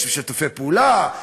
יש שיתופי פעולה,